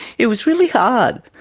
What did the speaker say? it was really hard,